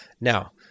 Now